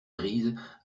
grises